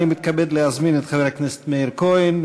אני מתכבד להזמין את חבר הכנסת מאיר כהן,